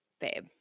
babe